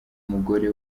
mugore